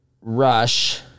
Rush